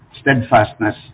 steadfastness